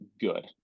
good